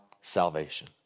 salvation